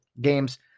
games